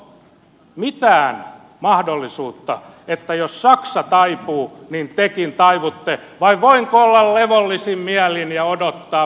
onko mitään mahdollisuutta että jos saksa taipuu niin tekin taivutte vai voinko olla levollisin mielin ja odottaa välikysymyskäsittelyä